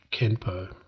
Kenpo